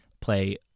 play